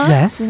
Yes